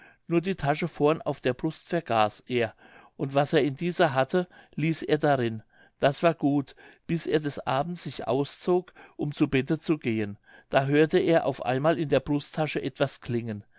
nur die tasche vorn auf der brust vergaß er und was er in dieser hatte ließ er darin das war gut bis er des abends sich auszog um zu bette zu gehen da hörte er auf einmal in der brusttasche etwas klingen